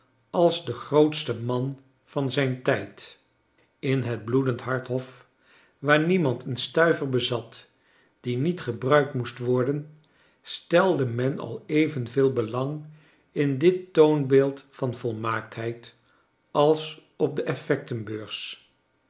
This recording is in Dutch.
als den grootsten man van zijn tijd in het bloedende hart hof waar niemand een stuiver bezat die niet gebruikt moest worden stelde men al evenveel belang in dit toonbeeld van volmaaktheid als op de